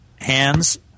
hands